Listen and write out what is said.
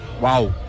Wow